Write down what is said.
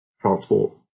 transport